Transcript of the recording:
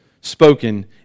spoken